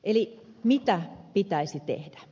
eli mitä pitäisi tehdä